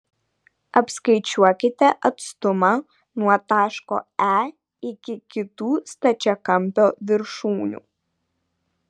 apskaičiuokite atstumą nuo taško e iki kitų stačiakampio viršūnių